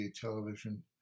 Television